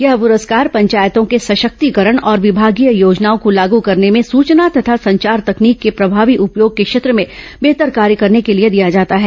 यह प्रस्कार पंचायतों के सशक्तिकरण और विभागीय योजनाओं को लाग करने में सचना तथा संचार तकनीक के प्रभावी उपयोग के क्षेत्र में बेहतर कार्य करने के लिए दिया जाता है